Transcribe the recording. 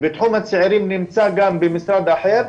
ותחום הצעירים נמצא במשרד אחר,